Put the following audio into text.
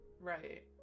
Right